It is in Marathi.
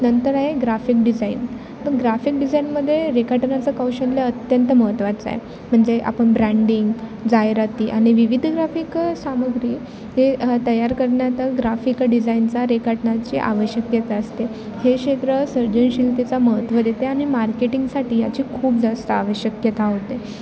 नंतर आहे ग्राफिक डिझाईन तर ग्राफिक डिझाईनमध्ये रेखाटनाचं कौशल्य अत्यंत महत्वाचं आहे म्हणजे आपण ब्रँडिंग जाहिराती आणि विविध ग्राफिक सामग्री हे तयार करण्यात ग्राफिक डिझाईनचा रेखाटनाची आवश्यकता असते हे क्षेत्र सर्जनशीलतेचा महत्व देते आणि मार्केटिंगसाठी याची खूप जास्त आवश्यकता होते